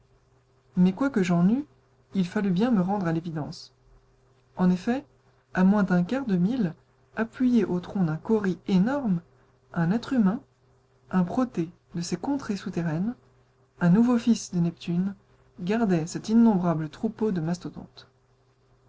mais quoique j'en eus il fallut bien me rendre à l'évidence en effet à moins d'un quart de mille appuyé au tronc d'un kauris énorme un être humain un protée de ces contrées souterraines un nouveau fils de neptune gardait cet innombrable troupeau de mastodontes